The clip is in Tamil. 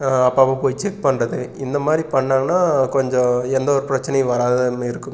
அப்பப்போ போய் செக் பண்ணுறது இந்த மாதிரி பண்ணால்னா கொஞ்ஜோம் எந்த ஒரு பிரச்சனையும் வராது அந்தமாதிரி இருக்கும்